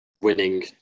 winning